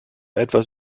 etwas